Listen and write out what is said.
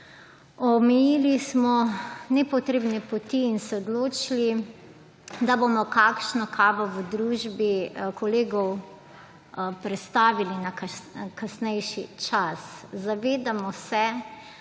Omejili smo nepotrebne poti in se odločili, da bomo kakšno kavo v družbi kolegov prestavili na kasnejši čas. Zavedamo se,